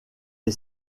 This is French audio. est